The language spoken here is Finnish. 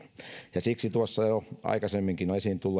ja siksi vaikka se mitä tuossa jo aikaisemminkin